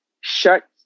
shut